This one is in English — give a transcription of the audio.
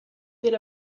bit